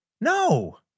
No